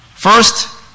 First